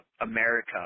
America